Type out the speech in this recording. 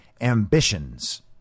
ambitions